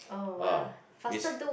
ah is